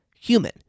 human